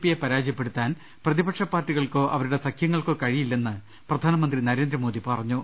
പിയെ പരാജയപ്പെടു ത്താൻ പ്രതിപക്ഷ പാർട്ടികൾക്കോ അവരുടെ സഖ്യങ്ങൾക്കോ കഴിയില്ലെന്ന് പ്രധാനമന്ത്രി നരേന്ദ്രമോദി പറഞ്ഞു